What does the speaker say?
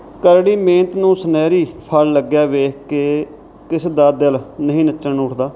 ਕਰੜੀ ਮਿਹਨਤ ਨੂੰ ਸੁਨਹਿਰੀ ਫ਼ਲ ਲੱਗਿਆ ਵੇਖ ਕੇ ਕਿਸ ਦਾ ਦਿਲ ਨਹੀਂ ਨੱਚਣ ਨੂੰ ਉੱਠਦਾ